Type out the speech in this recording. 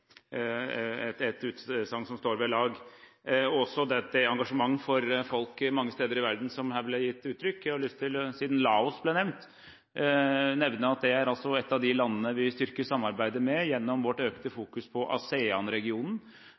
et utsagn som står ved lag. Det ble også gitt uttrykk for et engasjement for folk mange steder i verden. Siden Laos ble nevnt, har jeg lyst til å nevne at det er et av de landene vi styrker samarbeidet med gjennom vår økte fokusering på